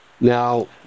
Now